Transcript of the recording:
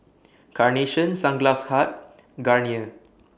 Carnation Sunglass Hut Garnier